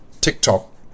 TikTok